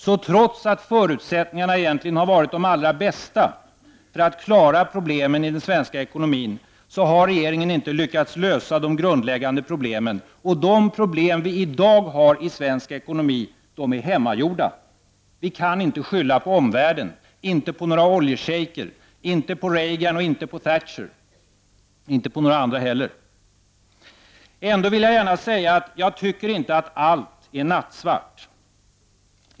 Så trots att förutsättningarna egentligen har varit de allra bästa för att regeringen skulle klara problemen i den svenska ekonomin har regeringen inte lyckats lösa de grundläggande problemen. Och de problem som vi i dag har i svensk ekonomi är hemmagjorda. Vi kan inte skylla på omvärlden, inte på några oljeschejker, inte på Reagan, inte på Thatcher, och inte på några andra heller. Ändå vill jag gärna säga att jag inte tycker att allt är nattsvart.